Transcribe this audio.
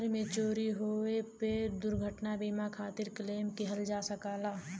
घर में चोरी होये पे दुर्घटना बीमा खातिर क्लेम किहल जा सकला